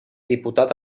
diputat